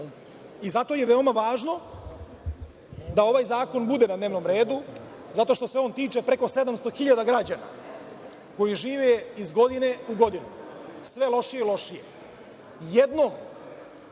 to. Zato je veoma važno da ovaj zakon bude na dnevnom redu, zato što se on tiče preko 700.000 građana koji žive, iz godine u godinu, sve lošije i lošije.